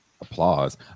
Applause